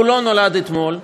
לא נולד אתמול,